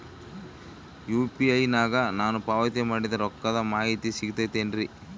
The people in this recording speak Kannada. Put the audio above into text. ಯು.ಪಿ.ಐ ನಾಗ ನಾನು ಪಾವತಿ ಮಾಡಿದ ರೊಕ್ಕದ ಮಾಹಿತಿ ಸಿಗುತೈತೇನ್ರಿ?